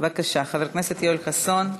בבקשה, חבר הכנסת יואל חסון.